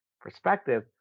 perspective